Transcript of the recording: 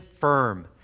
firm